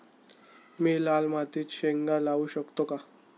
मी लाल मातीत शेंगा लावू शकतो का?